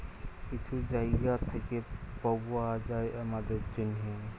কিছু জায়গা থ্যাইকে পাউয়া যায় আমাদের জ্যনহে